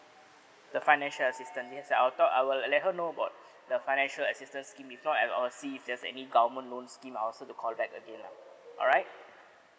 the financial assistance yes I will talk I will let her know about the financial assistance scheme if not and or see if there's any government loan scheme I also to call back again lah alright